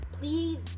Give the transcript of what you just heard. please